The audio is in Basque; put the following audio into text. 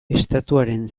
estatuaren